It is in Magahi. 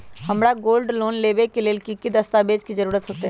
हमरा गोल्ड लोन लेबे के लेल कि कि दस्ताबेज के जरूरत होयेत?